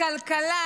בכלכלה,